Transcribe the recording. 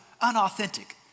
unauthentic